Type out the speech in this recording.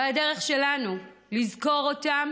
והדרך שלנו לזכור אותם